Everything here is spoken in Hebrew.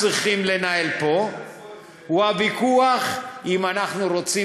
צריכים לנהל פה הוא הוויכוח אם אנחנו רוצים